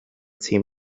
zehn